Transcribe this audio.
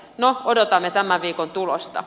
no odotamme tämän viikon tulosta